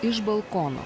iš balkono